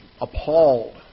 appalled